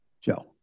Joe